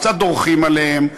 קצת דורכים עליהם,